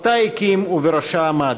שאותה הקים ובראשה עמד.